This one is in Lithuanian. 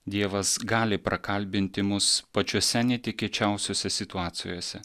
dievas gali prakalbinti mus pačiose netikėčiausiose situacijose